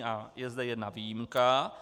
A je zde jedna výjimka.